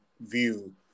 view